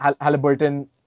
Halliburton